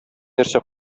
нәрсә